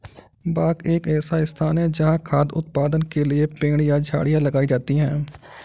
बाग एक ऐसा स्थान है जहाँ खाद्य उत्पादन के लिए पेड़ या झाड़ियाँ लगाई जाती हैं